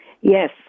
Yes